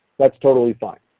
that's totally fine.